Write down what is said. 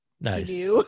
Nice